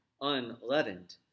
unleavened